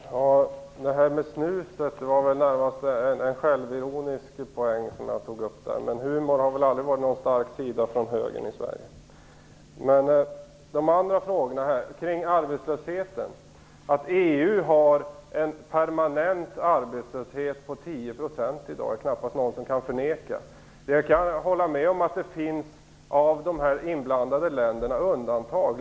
Herr talman! Det här med snuset var närmast en självironisk poäng, men humorn har väl aldrig varit någon stark sida för högern i Sverige. Att EU har en permanent arbetslöshet på 10 % i dag är det knappast någon som kan förneka. Jag kan hålla med om att det finns bland de inblandade länderna undantag.